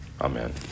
Amen